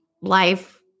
life